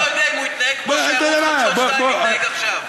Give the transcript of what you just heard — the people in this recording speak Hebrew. ואני לא יודע אם הוא יתנהג כמו שערוץ 2 מתנהג עכשיו.